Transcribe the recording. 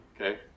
okay